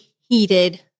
heated